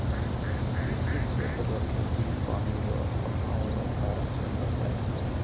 शुष्क क्षेत्र रो खेती पानी रो अभाव रो कारण करलो जाय छै